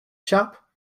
shop